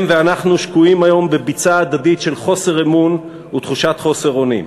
הם ואנחנו שקועים היום בביצה של חוסר אמון הדדי ושל תחושת חוסר אונים.